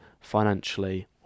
financially